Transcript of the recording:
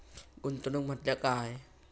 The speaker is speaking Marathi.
गुंतवणूक म्हटल्या काय?